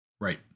Right